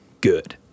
good